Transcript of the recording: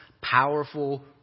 powerful